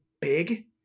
big